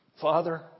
Father